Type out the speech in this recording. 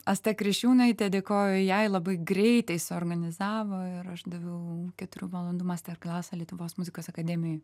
asta kriščiūnaitė dėkoju jai labai greitai suorganizavo ir aš daviau keturių valandų master class lietuvos muzikos akademijoj